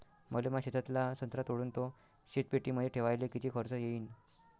मले माया शेतातला संत्रा तोडून तो शीतपेटीमंदी ठेवायले किती खर्च येईन?